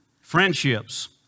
Friendships